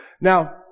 Now